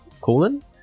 Colon